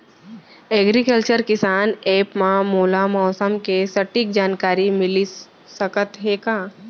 Agriculture किसान app मा मोला मौसम के सटीक जानकारी मिलिस सकत हे का?